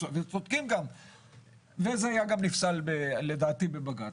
וזה היה גם נפסל לדעתי בבג"ץ.